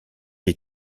est